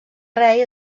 rei